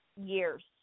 years